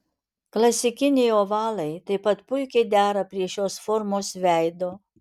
klasikiniai ovalai taip pat puikiai dera prie šios formos veido